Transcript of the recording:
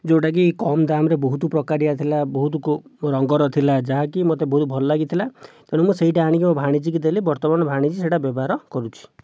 ଯେଉଁଟାକି କମ ଦାମରେ ବହୁତ ପ୍ରକାରିଆ ଥିଲା ବହୁତ ରଙ୍ଗର ଥିଲା ଯାହାକି ମୋତେ ବହୁତ ଭଲ ଲାଗିଥିଲା ତେଣୁ ମୁଁ ସେଇଟା ଆଣିକି ମୋ' ଭାଣିଜୀକି ଦେଲି ବର୍ତ୍ତମାନ ଭାଣିଜୀ ସେଇଟା ବ୍ୟବହାର କରୁଛି